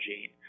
gene